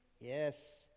Yes